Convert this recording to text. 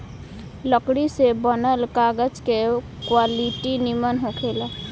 लकड़ी से बनल कागज के क्वालिटी निमन होखेला